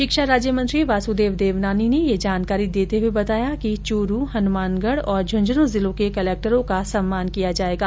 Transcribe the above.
शिक्षा राज्य मंत्री वासुदेव देवनानी ने ये जानकारी देते हुए बताया कि चूरू हनुमानगढ और झुन्झुनू जिलों के कलेक्टरों का सम्मान किया जायेगा